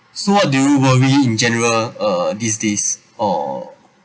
so what do you worry in general ah these days or